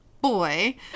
boy